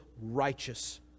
righteous